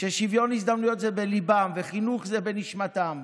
ששוויון הזדמנויות זה בליבם וחינוך בנשמתם.